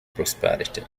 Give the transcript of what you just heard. prosperity